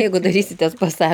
jeigu darysitės psa